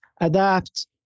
adapt